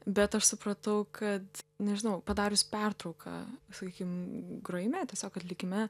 bet aš supratau kad nežinau padarius pertrauką sakykim grojime tiesiog atlikime